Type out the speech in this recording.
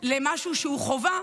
למשהו שהוא חובה,